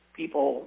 people